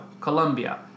Colombia